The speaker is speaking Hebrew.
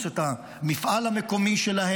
את המפעל המקומי שלהם,